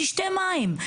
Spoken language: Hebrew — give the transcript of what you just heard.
שישתה מים.